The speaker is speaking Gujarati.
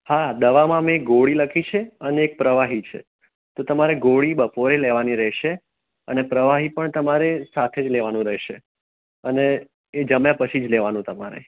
હા દવામાં મેં એક ગોળી લખી છે અને એક પ્રવાહી છે તે તમારે ગોળી બપોરે લેવાની રહેશે અને પ્રવાહી પણ તમારે સાથે જ લેવાનું રહેશે અને એ જમ્યા પછી જ લેવાનું તમારે